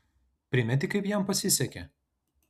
primeti kaip jam pasisekė